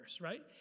right